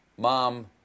Mom